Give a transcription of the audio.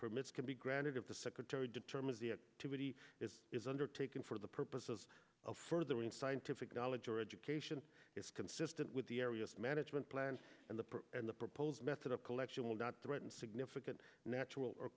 permits can be granted of the secretary determines the two body is undertaken for the purposes of furthering scientific knowledge or education is consistent with the area management plan and the and the proposed method of collection will not threaten significant natural or